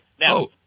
Now